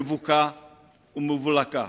מבוקה ומבולקה.